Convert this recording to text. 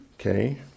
Okay